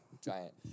giant